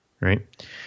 Right